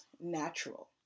natural